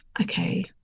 okay